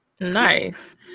Nice